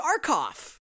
Arkoff